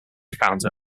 founder